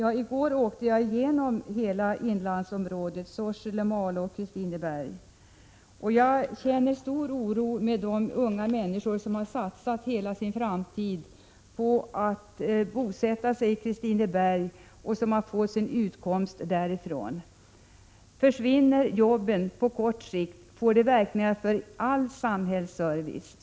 I går åkte jag genom hela inlandsområdet, Sorsele, Malå och Kristineberg. Jag känner stor oro för de unga människor som har satsat hela sin framtid på att bosätta sig i Kristineberg och som har fått sin utkomst där. Försvinner jobben på kort sikt får det verkningar för all samhällsservice.